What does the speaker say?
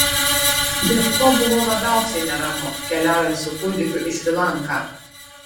dėl ko buvo labiausiai neramu keliaujant su kūdikiu į šri lanką